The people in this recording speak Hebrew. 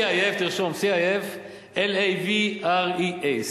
c, i, f, תרשום: c, i, f, l, a, v, e, r, a.